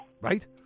Right